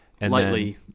Lightly